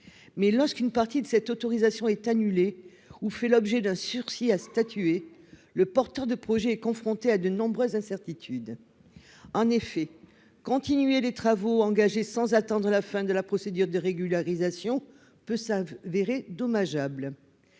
lorsqu'une partie de cette autorisation est annulée ou fait l'objet d'un sursis à statuer, le porteur de projet est confronté à de nombreuses incertitudes. En effet, continuer les travaux engagés sans attendre la fin de la procédure de régularisation peut se révéler dommageable.